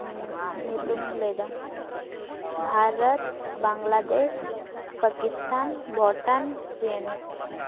ᱧᱩᱛᱩᱢᱤᱧ ᱞᱟᱹᱭᱫᱟ ᱵᱷᱟᱨᱚᱛ ᱵᱟᱝᱞᱟᱫᱮᱥ ᱯᱟᱠᱤᱥᱛᱟᱱ ᱵᱷᱩᱴᱟᱱ ᱪᱤᱱ